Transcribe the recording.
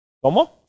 ¿Cómo